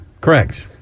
Correct